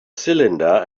cylinder